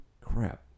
crap